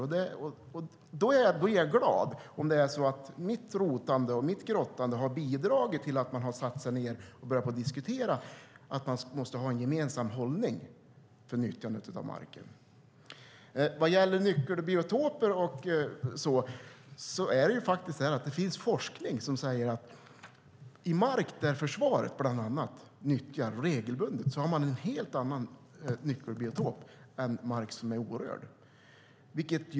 Jag är glad om mitt rotande och mitt grävande har bidragit till att man börjat diskutera att man måste ha en gemensam hållning när det gäller nyttjandet av marken. Vad gäller nyckelbiotoper finns det forskning som säger att i mark som bland annat försvaret nyttjar regelbundet har man en helt annan nyckelbiotop än i mark som är orörd.